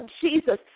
Jesus